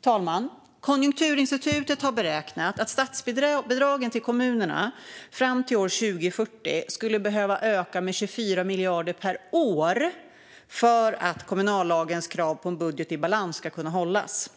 talman! Konjunkturinstitutet har beräknat att statsbidragen till kommunerna skulle behöva öka med 24 miljarder per år fram till år 2040 för att kommunallagens krav på en budget i balans ska kunna uppfyllas.